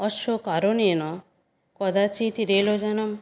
अस्य कारणेन कदाचित् रेलयानं